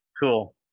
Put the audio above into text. Cool